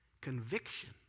conviction